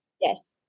Yes